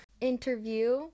interview